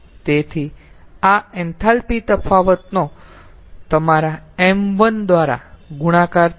તેથી આ એન્થાલ્પી તફાવતનો તમારા ṁ1 દ્વારા ગુણાકાર થશે